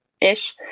ish